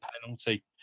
penalty